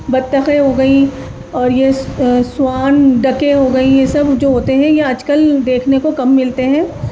بطخیں ہو گئیں اور یہ سوان ڈکیں ہو گئیں یہ سب جو ہوتے ہیں یہ آج کل دیکھنے کو کم ملتے ہیں